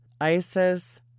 Isis